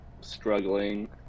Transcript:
struggling